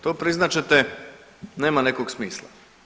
To priznat ćete nema nekog smisla.